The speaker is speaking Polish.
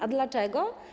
A dlaczego?